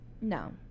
No